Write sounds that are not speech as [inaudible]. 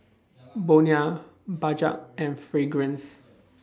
[noise] Bonia Bajaj and Fragrance